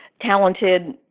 talented